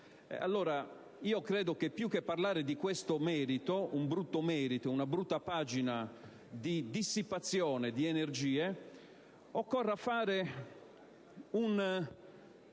Allora, credo che, più che parlare di questo merito (un brutto merito e una brutta pagina di dissipazione di energie), occorra fare un